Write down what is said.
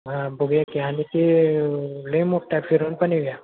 हां बघूया की आणि ते लई मोठं आहे फिरून पण येऊ या